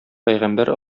пәйгамбәр